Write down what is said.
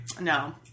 No